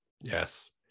Yes